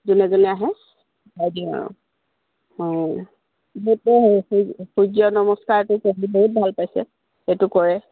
যোনে যোনে আহে চাই দিওঁ আৰু অঁ এইটো হেৰি সূৰ্য নমস্কাৰটো কৰি বহুত ভাল পাইছে সেইটো কৰে